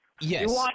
Yes